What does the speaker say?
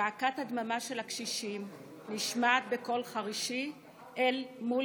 זעקת הדממה של הקשישים נשמעת בקול חרישי אל מול